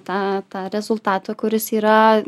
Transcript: tą tą rezultatą kuris yra